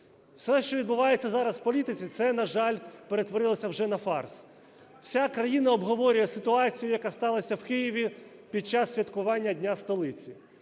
Все, що відбувається зараз в політиці, це, на жаль, перетворилося вже на фарс. Вся країна обговорює ситуацію, яка сталася в Києві під час святкування Дня столиці.